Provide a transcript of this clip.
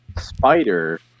spider